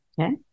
Okay